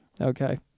Okay